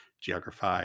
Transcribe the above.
geography